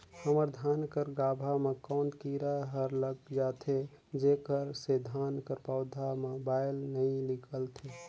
हमर धान कर गाभा म कौन कीरा हर लग जाथे जेकर से धान कर पौधा म बाएल नइ निकलथे?